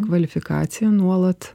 kvalifikaciją nuolat